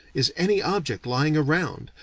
is any object, lying around,